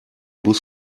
bus